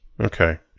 Okay